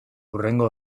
hurrengo